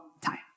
time